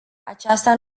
aceasta